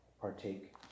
partake